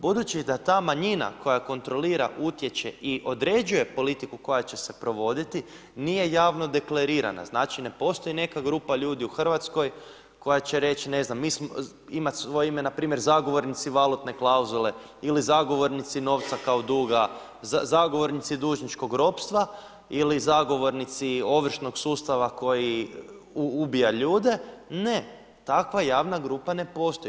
Budući da ta manjina koja kontrolira, utječe i određuje politiku koja će se provoditi, nije javno deklarirana, znači ne postoji neka grupa ljudi u Hrvatskoj koja će reći ne znam, mislimo imat svoje ime, npr. zagovornici valutne klauzule ili zagovornici novca kao duga, zagovornici dužničkog ropstva ili zagovornici ovršnog sustava koji ubija ljude, ne, takva javna grupa ne postoji.